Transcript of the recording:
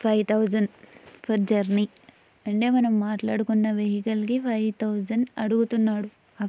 five thousand for journey అంటే మనం మాట్లాడుకున్న వెహికల్కి ఫైవ్ థౌసండ్ అడుగుతున్నాడు